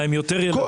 יש להם יותר ילדים,